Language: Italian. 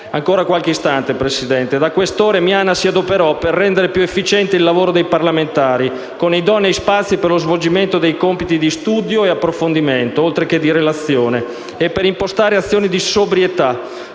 della Commissione lavoro. Da Questore, Miana si adoperò per rendere più efficiente il lavoro dei parlamentari, con idonei spazi per lo svolgimento dei compiti di studio e approfondimento, oltre che di relazione, e per impostare azioni di sobrietà